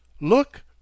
look